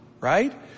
Right